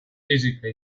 física